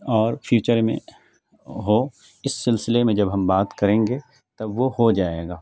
اور فیوچر میں ہو اس سلسلے میں جب ہم بات کریں گے تب وہ ہو جائے گا